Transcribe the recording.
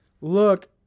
look